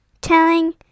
telling